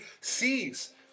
sees